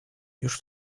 już